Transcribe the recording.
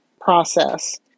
process